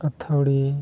ᱟᱹᱛᱷᱟᱹᱣᱲᱤ